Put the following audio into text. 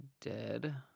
dead